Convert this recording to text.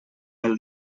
mil